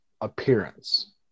appearance